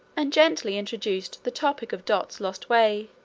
and gently introduced the topic of dot's lost way,